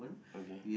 okay